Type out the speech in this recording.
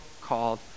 called